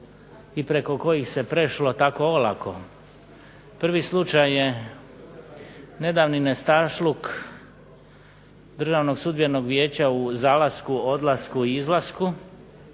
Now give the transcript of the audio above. i preko kojih se prešlo tako olako. Prvi slučaj je nedavni nestašluk Državnog sudbenog vijeća u zalasku, odlasku i izlasku